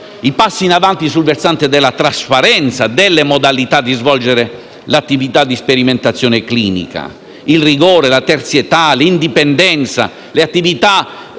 i passi in avanti sul versante della trasparenza delle modalità di svolgimento dell'attività di sperimentazione clinica, il rigore, la terzietà, l'indipendenza, le attività